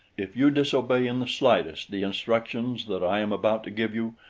if you disobey in the slightest, the instructions that i am about to give you,